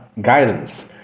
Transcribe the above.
guidance